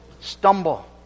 stumble